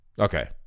okay